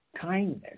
kindness